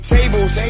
Tables